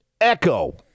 echo